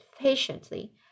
patiently